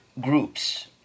groups